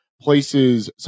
places